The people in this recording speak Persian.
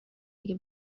اگه